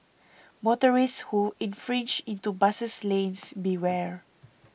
motorists who infringe into bus lanes beware